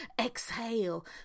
exhale